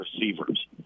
receivers